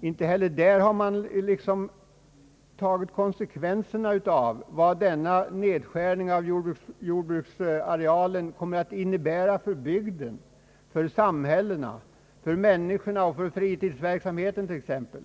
Inte heller i det fallet har man tagit reda på konsekvenserna av vad en nedskärning av jordbruksarealen kommer att innebära för bygden, för samhällena, för människorna och för fritidsverksamheten.